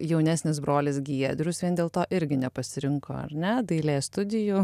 jaunesnis brolis giedrius vien dėl to irgi nepasirinko ar ne dailės studijų